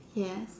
yes